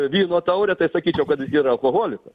vyno taurę tai sakyčiau kad yra alkoholikas